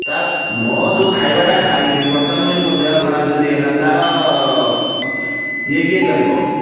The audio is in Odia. ତା'ର ମୋ ଯେଉଁ ଖାଇବାଟା ଖାଇଲି ବର୍ତ୍ତମାନ ପାଇଁ ମୋ ଦେହ ଖରାପ ଯଦି ହେଲା ତା'ର ଇଏ କିଏ କରିବ